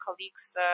colleagues